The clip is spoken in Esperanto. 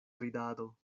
ridado